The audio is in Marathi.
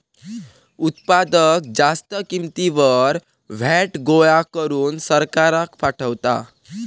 उत्पादक जास्त किंमतीवर व्हॅट गोळा करून सरकाराक पाठवता